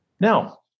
Now